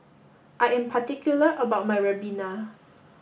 I am particular about my Ribena